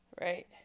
Right